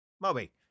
Moby